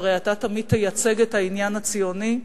שהרי אתה תמיד תייצג את העניין הציוני,